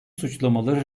suçlamaları